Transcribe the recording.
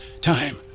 time